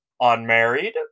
unmarried